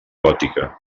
gòtica